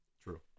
True